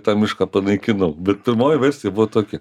tą mišką panaikinau bet pirmoji versija buvo tokia